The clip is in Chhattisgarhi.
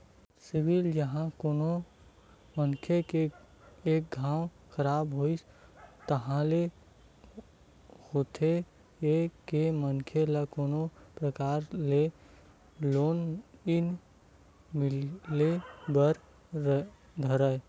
सिविल जिहाँ कोनो मनखे के एक घांव खराब होइस ताहले होथे ये के मनखे ल कोनो परकार ले लोन नइ मिले बर धरय